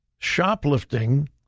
shoplifting